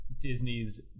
Disney's